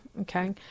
okay